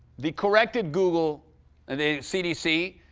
the corrected google, and the cdc,